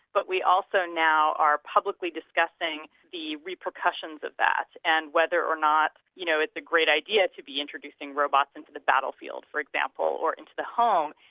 but we also now are publicly discussing the repercussions of that and whether or not you know it's a great idea to be introducing robots into the battlefield for example, or into the home.